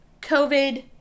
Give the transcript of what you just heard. covid